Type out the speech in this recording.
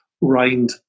RIND